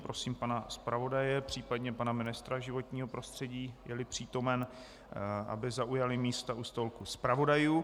Prosím pana zpravodaje, případně pana ministra životního prostředí, jeli přítomen, aby zaujali místa u stolku zpravodajů.